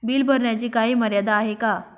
Bill भरण्याची काही मर्यादा आहे का?